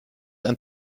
ein